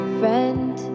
friend